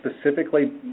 specifically